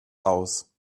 aus